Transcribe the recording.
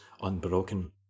unbroken